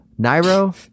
Nairo